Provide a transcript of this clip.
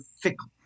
fickle